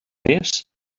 més